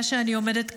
בשעה שאני עומדת כאן,